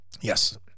Yes